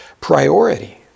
priority